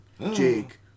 Jake